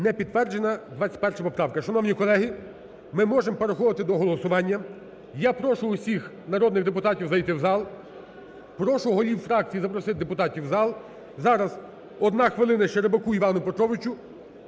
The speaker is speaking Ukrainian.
Не підтверджена 21 поправка. Шановні колеги, ми можемо переходити до голосування. Я прошу усіх народних депутатів зайти в зал, прошу голів фракцій запросити депутатів в зал. Зараз 1 хвилина ще Рибаку Івану Петровичу,